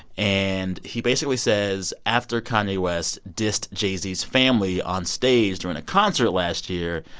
and he basically says after kanye west dissed jay-z's family onstage during a concert last year,